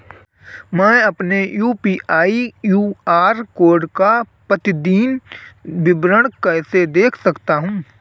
मैं अपनी UPI QR code का प्रतीदीन विवरण कैसे देख सकता हूँ?